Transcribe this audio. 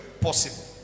possible